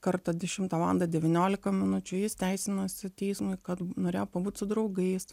kartą dešimtą valandą devyniolika minučių jis teisinosi teismui kad norėjo pabūt su draugais